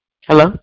Hello